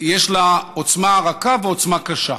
יש לה עוצמה רכה ועוצמה קשה.